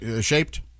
shaped